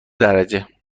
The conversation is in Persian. درجه